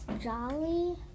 jolly